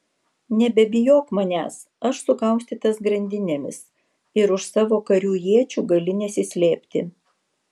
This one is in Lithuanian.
nebebijok manęs aš sukaustytas grandinėmis ir už savo karių iečių gali nesislėpti